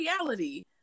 reality